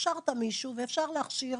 הכשרת מישהו ואפשר להכשיר.